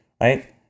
right